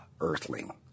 earthling